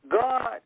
God